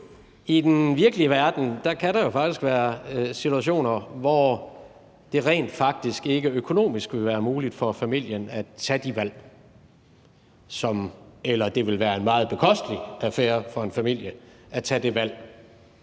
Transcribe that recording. I den virkelige verden kan der jo faktisk være situationer, hvor det rent faktisk ikke vil være økonomisk muligt for familien at tage de valg, eller hvor det vil være en meget bekostelig affære for en familie at tage det valg,